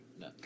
No